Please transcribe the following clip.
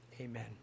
Amen